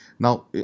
Now